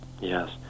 Yes